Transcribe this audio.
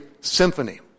symphony